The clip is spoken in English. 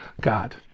god